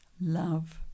love